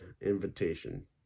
Invitation